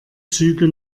züge